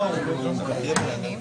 לא מוכן.